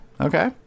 okay